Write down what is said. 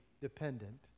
dependent